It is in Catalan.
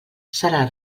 serà